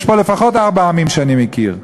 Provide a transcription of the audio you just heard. יש פה לפחות ארבעה עמים שאני מכיר.